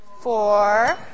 four